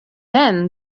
then